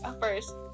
first